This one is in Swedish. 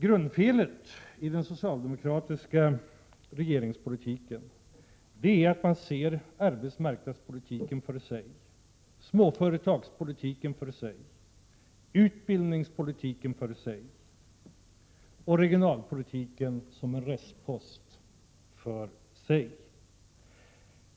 Grundfelet i den socialdemokratiska regeringspolitiken är att man ser arbetsmarknadspolitiken för sig, småföretagspolitiken för sig, utbildningspolitiken för sig och regionalpolitiken som en restpost för sig.